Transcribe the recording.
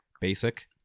basic